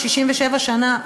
67 שנה,